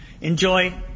Enjoy